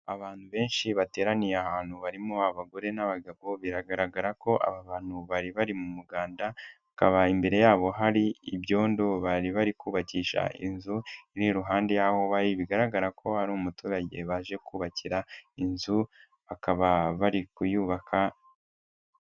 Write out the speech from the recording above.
Abantu benshi bateraniye ahantu barimo abagore n'abagabo biragaragara ko aba bantu bari bari mu muganda, bakaba imbere yabo hari ibyondo bari bari kubakisha inzu iri iruhande y'aho bari, bigaragara ko ari umuturage baje kubakira inzu, bakaba bari kuyubaka.